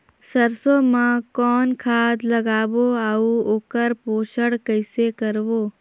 सरसो मा कौन खाद लगाबो अउ ओकर पोषण कइसे करबो?